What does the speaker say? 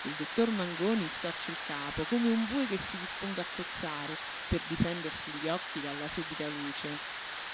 il dottor mangoni storce il capo come un bue che si disponga a cozsuecozzare per difendersi gli occhi dalla súbita luce